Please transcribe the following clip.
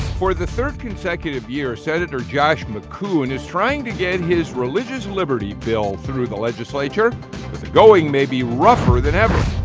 for the third consecutive year, senator josh mckuhn is trying to get his religious liberty bill through the legislature, but the going may be rougher than ever.